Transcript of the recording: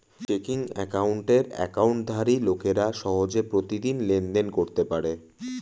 checking অ্যাকাউন্টের অ্যাকাউন্টধারী লোকেরা সহজে প্রতিদিন লেনদেন করতে পারে